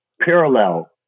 parallel